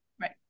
Right